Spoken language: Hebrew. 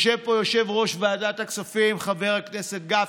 יושב פה יושב-ראש ועדת הכספים חבר הכנסת גפני,